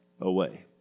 away